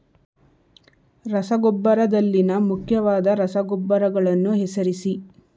ರಸಗೊಬ್ಬರದಲ್ಲಿನ ಮುಖ್ಯವಾದ ರಸಗೊಬ್ಬರಗಳನ್ನು ಹೆಸರಿಸಿ?